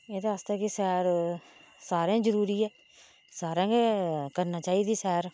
एहदे आस्तै कि सैर सारें ई जरूरी ऐ सारें गै करनी चाहिदी सैर